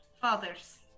Fathers